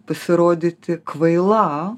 pasirodyti kvaila